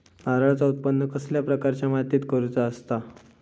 नारळाचा उत्त्पन कसल्या प्रकारच्या मातीत करूचा असता?